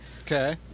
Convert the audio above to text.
Okay